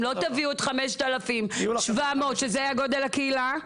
אם לא תביאו את ה-5,700 שזה גודל הקהילה,